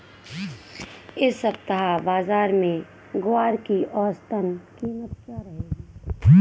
इस सप्ताह बाज़ार में ग्वार की औसतन कीमत क्या रहेगी?